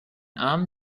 armen